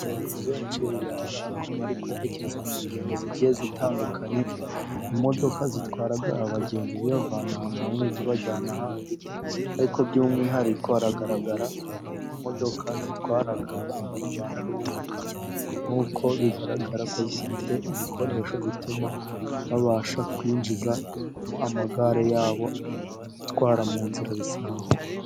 Abantu benshi bigaragara ko bari kwerekeza mu ngendo zigiye zitandukanye, imodoka zitwara abagenzi zibavana ahantu hamwe zibajyana ahandi, ariko by'umwihariko hagaragara imodoka zitwara abantu babana n'ubumuga, nk'uko bigaragara ko zifite ibikoresho bituma babasha kwinjizamo amagare yabo abatwara mu nzira bisanzwe.